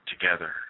together